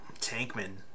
Tankman